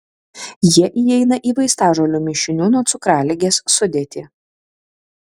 jie įeina į vaistažolių mišinių nuo cukraligės sudėtį